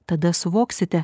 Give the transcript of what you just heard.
tada suvoksite